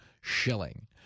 shilling